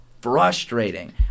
Frustrating